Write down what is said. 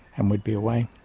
and we'd be away,